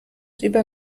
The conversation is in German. über